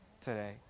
today